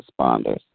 responders